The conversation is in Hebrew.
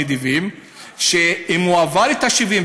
נדיבים: אם הוא עבר את ה-70,